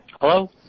Hello